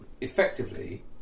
effectively